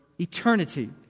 eternity